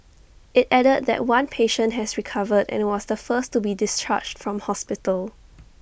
IT added that one patient has recovered and was the first to be discharged from hospital